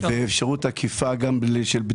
יש אפשרות עקיפה של בדיקה.